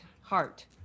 Heart